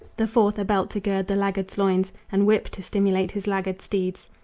the fourth, a belt to gird the laggard's loins and whip to stimulate his laggard steeds.